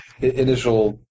initial